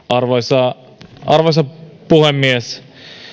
arvoisa arvoisa puhemies